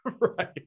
Right